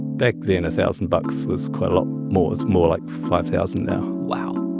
back then a thousand bucks was quite a lot more. it's more like five thousand now wow.